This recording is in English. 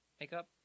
makeup